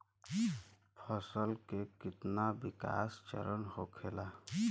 फसल के कितना विकास चरण होखेला?